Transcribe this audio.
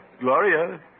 Gloria